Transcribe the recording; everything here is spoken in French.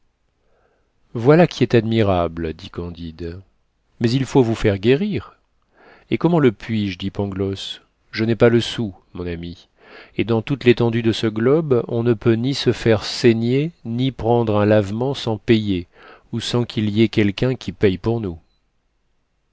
voilà qui est admirable dit candide mais il faut vous faire guérir et comment le puis-je dit pangloss je n'ai pas le sou mon ami et dans toute l'étendue de ce globe on ne peut ni se faire saigner ni prendre un lavement sans payer ou sans qu'il y ait quelqu'un qui paie pour nous